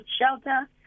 shelter